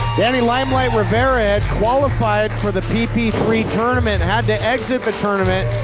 danny limelight rivera had qualified for the p p three tournament. had to exit the tournament.